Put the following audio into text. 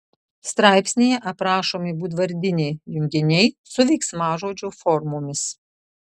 straipsnyje aprašomi būdvardiniai junginiai su veiksmažodžio formomis